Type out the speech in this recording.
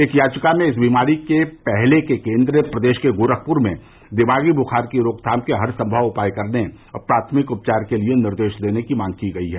एक याचिका में इस बीमारी के पहले के केन्द्र प्रदेश के गोरखप्र में दिमागी बुखार की रोकथाम के हरसंभव उपाय करने और प्राथमिक उपचार के लिए निर्देश देने की मांग की गई है